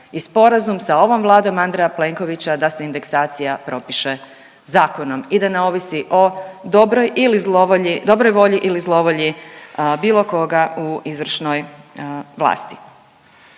i sporazum sa ovom vladom Andreja Plenkovića da se indeksacija propiše zakonom i da ne ovisi o dobroj ili zlovolji, dobroj volji ili zlovolji bilo koga u izvršnoj vlasti.